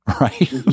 right